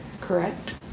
Correct